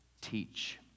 teach